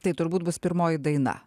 tai turbūt bus pirmoji daina